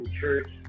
church